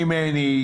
ממני.